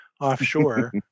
offshore